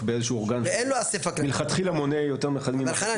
באיזשהו אורגן שמלכתחילה מונה יותר ממחצית --- אבל חנן,